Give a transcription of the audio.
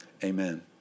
Amen